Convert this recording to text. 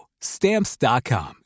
Stamps.com